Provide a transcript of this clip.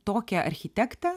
tokią architektę